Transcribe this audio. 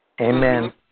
Amen